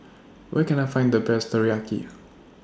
Where Can I Find The Best Teriyaki